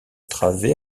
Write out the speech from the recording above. travées